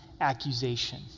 accusation